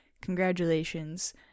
Congratulations